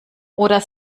oder